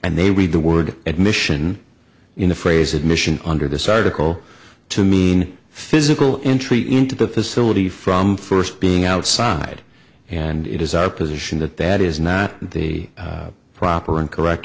and they read the word admission in the phrase admission under this article to mean physical intreat into the facility from first being outside and it is our position that that is not the proper and correct